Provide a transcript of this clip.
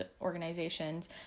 organizations